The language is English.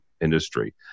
industry